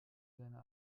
seine